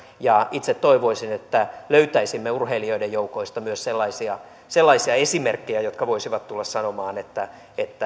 itse toivoisin että löytäisimme urheilijoiden joukoista myös sellaisia sellaisia esimerkkejä jotka voisivat tulla sanomaan että